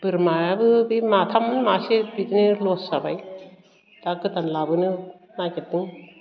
बोरमायाबो बे माथाममोन मासे बिदिनो लस जाबाय दा गोदान लाबोनो नागेरदों